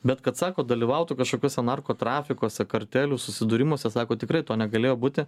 bet kad sako dalyvautų kažkokiuose narkotrafikuose kartelių susidūrimuose sako tikrai to negalėjo būti